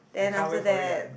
then after that